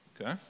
Okay